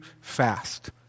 fast